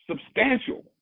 substantial